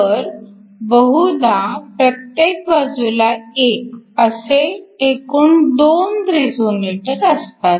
तर बहुधा प्रत्येक बाजूला एक असे एकूण 2 रेझोनेटर असतात